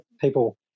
people